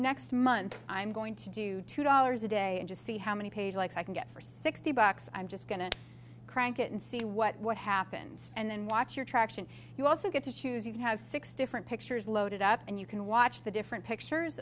next month i'm going to do two dollars a day and just see how many page likes i can get for sixty bucks i'm just going to crank it and see what happens and watch your traction you also get to choose you can have six different pictures loaded up and you can watch the different pictures